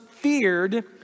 feared